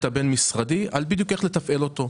הבין-משרדי בדיוק על איך לתפעל אותו,